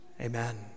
Amen